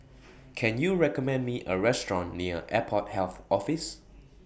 Can YOU recommend Me A Restaurant near Airport Health Office